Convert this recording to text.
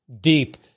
deep